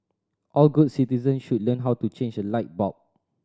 all good citizen should learn how to change a light bulb